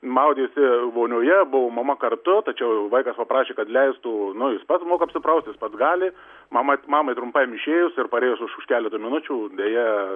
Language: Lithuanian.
maudėsi vonioje buvo mama kartu tačiau vaikas paprašė kad leistų nu jis pats moka apsipraust jis pats gali mama mamai trumpam išėjus ir parėjus už už keleto minučių deja